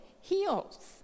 heals